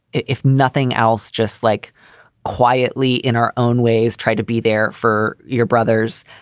if nothing else, just like quietly in our own ways, try to be there for your brothers.